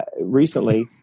recently